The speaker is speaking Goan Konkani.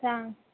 सांग